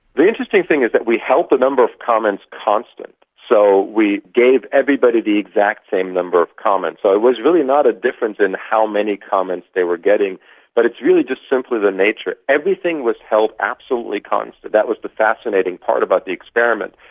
the interesting thing is that we held the number of comments constant. so we gave everybody the exact same number of comments. so it was really not a difference in how many comments they were getting but it's really just simply the nature, everything was held absolutely constant, that was the fascinating part of the experiment,